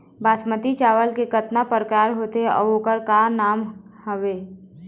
बासमती चावल के कतना प्रकार होथे अउ ओकर नाम क हवे?